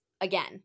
again